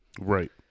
right